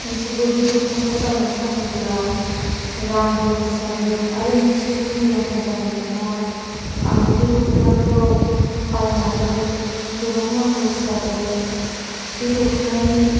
नोंसोरबो बे दख'नाखौ बायनानै गानोब्ला रांबो लस जागोन आरो नोंसिनिबो मुलामफा जानाय नङा आंबो बे दख'नाखौ बायनानै गोबां रां लस जादों बे दख'नानि